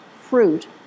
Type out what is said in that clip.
fruit